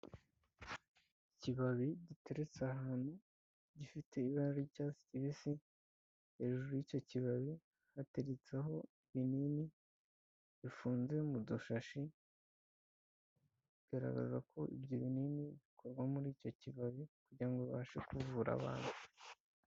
Ikibabi giteretse ahantu gifite ibara ry'icyatsi kibisi, hejuru y'icyo kibabi hateretse aho ibinini bifunze mu dushashi bigaragaza ko ibyo binini bikorwa muri icyo kibabi kugirango ubashe kuvura abanu.